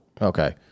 Okay